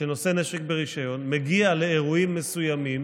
שנושא נשק ברישיון, מגיע לאירועים מסוימים